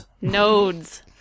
Nodes